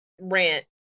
rant